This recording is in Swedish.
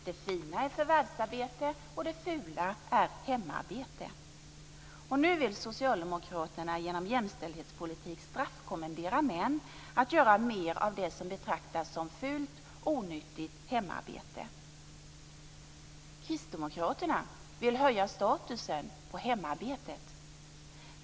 Det fina är förvärvsarbete och det fula är hemarbete. Nu vill socialdemokraterna genom jämställdhetspolitik straffkommendera män att göra mer av det som betraktas som fult, onyttigt hemarbete. Kristdemokraterna vill höja statusen på hemarbetet.